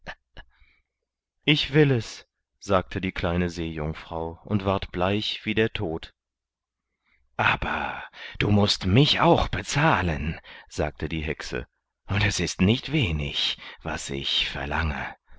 ich will es sagte die kleine seejungfrau und ward bleich wie der tod aber du mußt mich auch bezahlen sagte die hexe und es ist nicht wenig was ich verlange